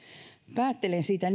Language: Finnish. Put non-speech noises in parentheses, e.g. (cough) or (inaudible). päättelen siitä (unintelligible)